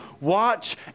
watch